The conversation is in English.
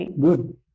Good